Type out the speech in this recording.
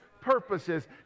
purposes